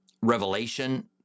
revelation